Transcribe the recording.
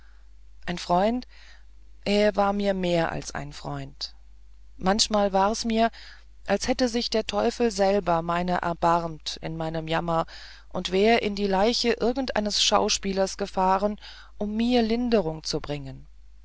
ein freund er war mir mehr als ein freund manchmal war's mir als hätte sich der teufel selber meiner erbarmt in meinem jammer und wär in die leiche irgendeines schauspielers gefahren um mir linderung zu bringen